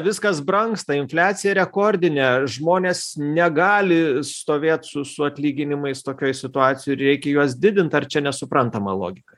viskas brangsta infliacija rekordinė žmonės negali stovėt su su atlyginimais tokioj situacijoje ir reikia juos didint ar čia nesuprantama logika